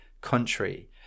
Country